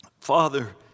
Father